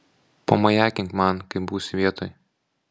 pamajakink man kai būsi vietoj